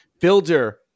Builder